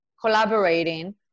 collaborating